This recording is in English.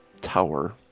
tower